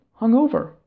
hungover